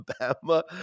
Alabama